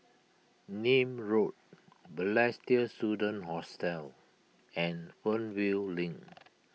Nim Road Balestier Student Hostel and Fernvale Link